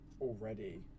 already